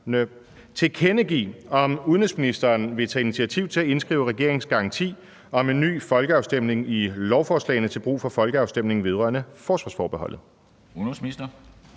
tilkendegive, om udenrigsministeren vil tage initiativ til at indskrive regeringens garanti om en ny folkeafstemning i lovforslagene til brug for folkeafstemningen vedrørende forsvarsforbeholdet?